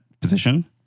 position